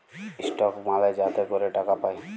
stock মালে যাতে ক্যরে টাকা পায়